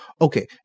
Okay